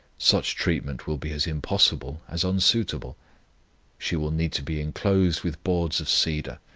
such treatment will be as impossible as unsuitable she will need to be inclosed with boards of cedar,